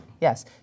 Yes